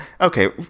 Okay